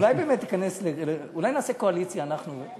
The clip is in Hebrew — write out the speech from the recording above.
אולי נעשה קואליציה, אנחנו.